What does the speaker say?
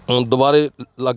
ਹੁਣ ਦੁਬਾਰੇ ਲ ਲਗ